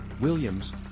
Williams